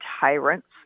tyrants